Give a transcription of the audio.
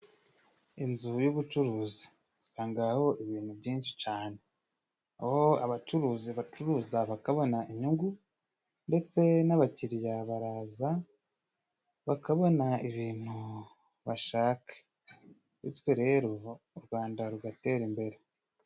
Inzu y'ubucuruzi usangaho ibintu byinshi cane, aho abacuruzi bacuruza bakabona inyungu ndetse n'abakiliya baraza bakabona ibintu bashaka, bityo rero u Rwanda rugatera imbere.